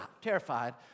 terrified